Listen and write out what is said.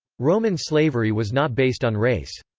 roman slavery was not based on race.